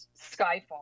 Skyfall